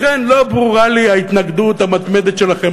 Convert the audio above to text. לכן לא ברורה לי ההתנגדות המתמדת שלכם.